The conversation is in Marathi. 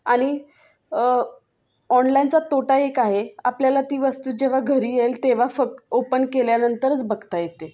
आणि ऑनलाईनचा तोटा एक आहे आपल्याला ती वस्तू जेव्हा घरी येईल तेव्हा फक्त ओपन केल्यानंतरच बघता येते